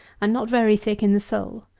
and not very thick in the sole.